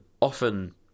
often